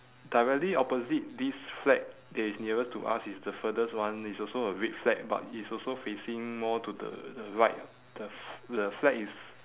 directly opposite this flag that is nearest to us is the furthest one it's also a red flag but it's also facing more to the the right the f~ the flag is